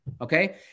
Okay